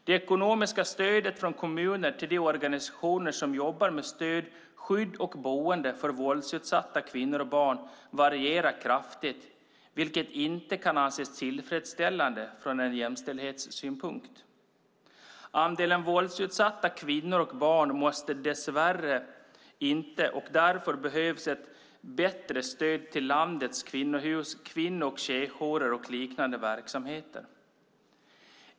Det ekonomiska stödet från kommuner till de organisationer som jobbar med stöd, skydd och boende för våldsutsatta kvinnor och barn varierar kraftigt, vilket inte kan anses tillfredsställande ur jämställdhetssynpunkt. Andelen våldsutsatta kvinnor och barn minskar dess värre inte. Därför behövs ett bättre stöd till landets kvinnohus, kvinno och tjejjourer och liknande verksamheter.